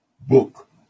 book